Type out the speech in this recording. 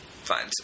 Fine